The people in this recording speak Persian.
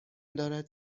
دارد